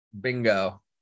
Bingo